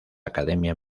academia